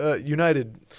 United